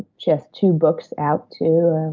she has two books out, too.